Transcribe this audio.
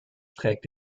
trägt